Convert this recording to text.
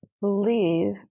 believe